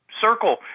circle